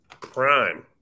Prime